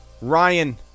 Ryan